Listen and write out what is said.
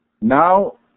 Now